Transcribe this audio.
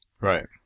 Right